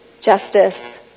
justice